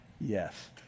Yes